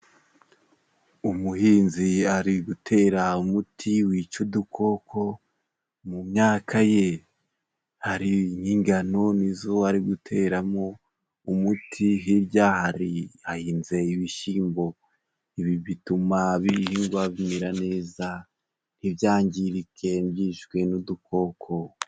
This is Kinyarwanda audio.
Umuhinzi ari gutera umuti wica udukoko mu myaka ye, hari n'ingano nizo ari guteramo umuti hirya hari hahinze ibishimbo, ibi bituma n'ibihingwa bimera neza ntibyangirike ntibyicwe n'udukoko.